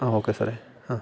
ആ ഓക്കെ സാറേ ആ